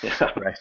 Right